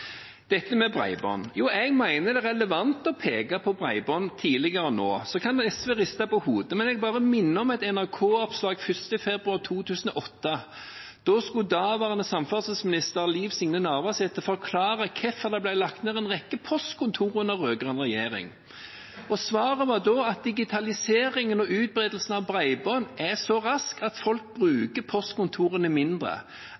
dette med bredbånd: Jeg mener det er relevant nå å peke på bredbånd tidligere. Så kan SVs representanter riste på hodet, men jeg minner om et NRK-oppslag 1. februar 2008. Da skulle daværende samferdselsminister Liv Signe Navarsete forklare hvorfor det ble lagt ned en rekke postkontor under rød-grønn regjering. Svaret var da at digitaliseringen og utbredelsen av bredbånd skjedde så raskt at folk